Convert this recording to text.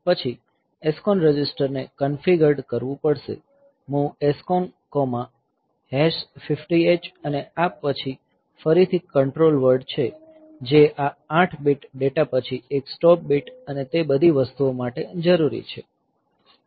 પછી SCON રજિસ્ટરને configured કરવું પડશે MOV SCON50H અને આ ફરીથી કંટ્રોલ વર્ડ છે જે આ 8 બીટ ડેટા પછી 1 સ્ટોપ બીટ અને તે બધી વસ્તુઓ માટે જરૂરી છે